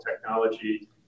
technology